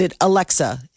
Alexa